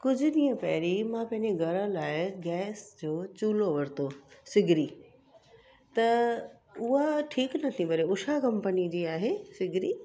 कुझु ॾींहुं पहिरीं मां पंहिंजे घर लाइ गैस जो चूलो वरितो सिघिरी त उहा ठीकु नथी ॿरे ऊषा कंपनीअ जी आहे सिघिरी